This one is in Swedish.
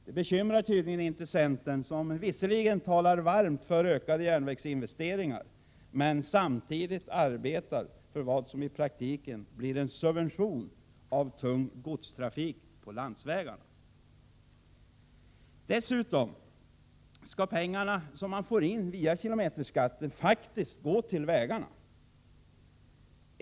Det bekymrar tydligen inte centern, som visserligen talar varmt för ökade järnvägsinvesteringar men som samtidigt arbetar för vad som i praktiken blir en subvention av tung godstrafik på landsvägarna. Dessutom skall de pengar som man får in via kilometerskatten faktiskt gå till vägarna.